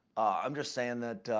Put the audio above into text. i'm just saying that,